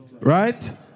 right